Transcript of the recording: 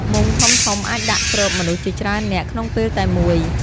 មុងធំៗអាចដាក់គ្របមនុស្សជាច្រើននាក់ក្នុងពេលតែមួយ។